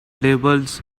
labels